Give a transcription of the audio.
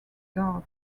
garden